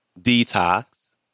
Detox